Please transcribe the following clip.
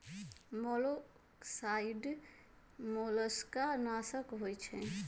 मोलॉक्साइड्स मोलस्का नाशक होइ छइ